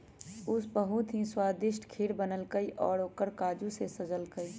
उ बहुत ही स्वादिष्ट खीर बनल कई और ओकरा काजू से सजल कई